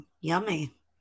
yummy